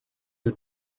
who